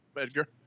Edgar